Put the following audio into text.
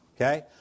Okay